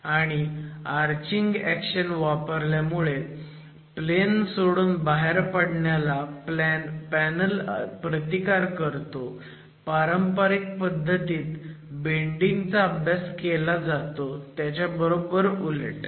आणि arching action वापरल्यामुळे plane सोडून बाहेर पडण्याला पॅनल प्रतिकार करतो पारंपरिक पद्धतीत बेंडिंग चा अभ्यास केला जातो त्याच्या उलट